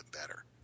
better